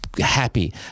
Happy